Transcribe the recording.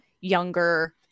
younger